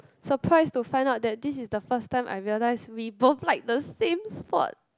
surprise to find out that this is the first time I realise we both like the same sport